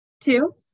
Two